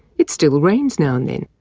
it still rains now and then,